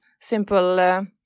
simple